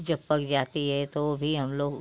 जब पक जाती है तो वो भी हम लोग